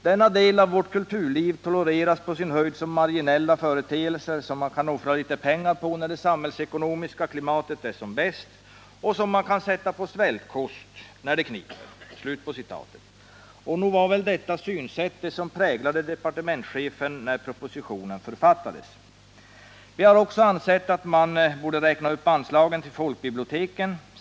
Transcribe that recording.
Denna del av vårt kulturliv tolereras på sin höjd som marginella företeelser, som man kan offra litet pengar på när det samhällsekonomiska klimatet är som bäst och som man kan sätta på svältkost när det kniper.” Nog var det detta synsätt som präglade departementschefen när propositionen författades. Vi har också ansett att man borde räkna upp anslagen till folkbiblioteken.